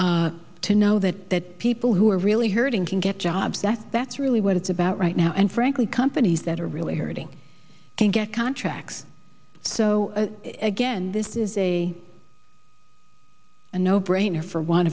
to know that that people who are really her hurting can get jobs back that's really what it's about right now and frankly companies that are really hurting can get contracts so again this is a a no brainer for want